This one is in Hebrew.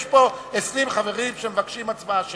יש פה 20 חברים שמבקשים הצבעה שמית.